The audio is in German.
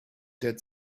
der